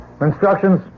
Instructions